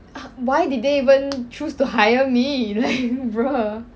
why did they even choose to hire me like bruh